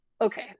Okay